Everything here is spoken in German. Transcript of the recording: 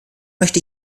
möchte